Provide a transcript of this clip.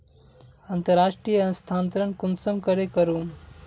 अंतर्राष्टीय स्थानंतरण कुंसम करे करूम?